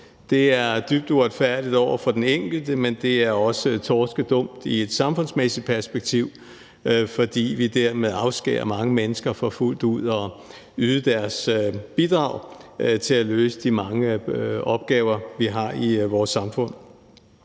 Det er dybt uretfærdigt over for den enkelte, men det er også torskedumt set i et samfundsmæssigt perspektiv, fordi vi dermed afskærer mange mennesker fra fuldt ud at yde deres bidrag til at løse de mange opgaver, vi har i vores samfund.